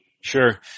sure